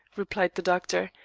replied the doctor,